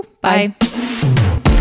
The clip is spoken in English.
Bye